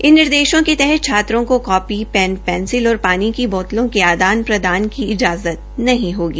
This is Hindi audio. इन निर्देशों के तहत छात्रो को कापी पैन पैंसिल और पानी की बोतलों के आदान प्रदान की इजाजत नहीं होगी